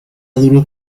duro